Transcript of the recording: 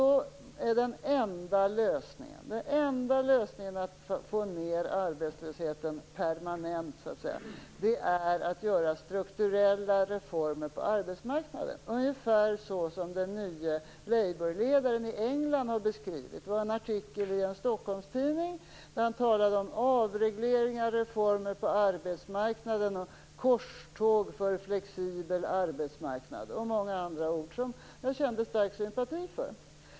Den enda lösningen när det gäller att få ned arbetslösheten permanent är att göra strukturella reformer på arbetsmarknaden, ungefär så som den nye Labourledaren i England har beskrivit det. I en artikel i en Stockholmstidning talade han om avregleringar, reformer på arbetsmarknaden och korståg för flexibel arbetsmarknad. Han använde många andra ord som jag kände stark sympati för.